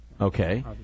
Okay